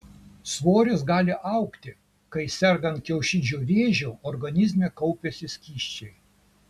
svoris gali augti kai sergant kiaušidžių vėžiu organizme kaupiasi skysčiai